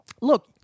look